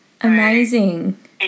amazing